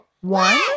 one